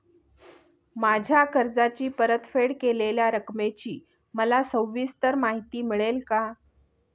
माझ्या कर्जाची परतफेड केलेल्या रकमेची मला सविस्तर माहिती मिळेल का?